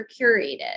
curated